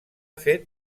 fet